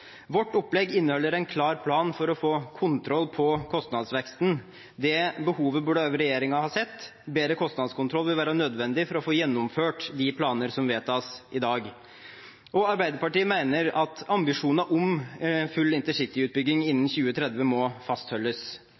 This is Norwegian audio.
Vårt opplegg inneholder en klar plan for å få kontroll på kostnadsveksten. Det behovet burde også regjeringen ha sett. Bedre kostnadskontroll vil være nødvendig for å få gjennomført de planer som vedtas i dag. Arbeiderpartiet mener at ambisjonene om full intercity-utbygging innen 2030 må fastholdes.